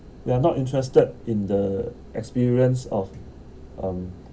we are not interested in the experience of um